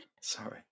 Sorry